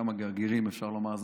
כמה גרגרים, אפשר לומר.